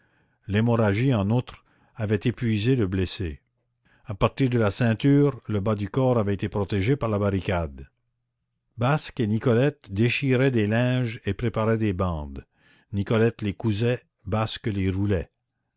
l'hémorragie en outre avait épuisé le blessé à partir de la ceinture le bas du corps avait été protégé par la barricade basque et nicolette déchiraient des linges et préparaient des bandes nicolette les cousait basque les